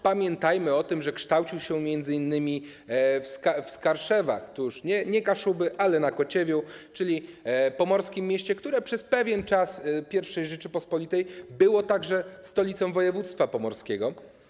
Pamiętajmy też, że kształcił się m.in. w Skarszewach - to już nie Kaszuby, ale na Kociewiu - czyli w pomorskim mieście, które przez pewien czas I Rzeczypospolitej było także stolicą województwa pomorskiego.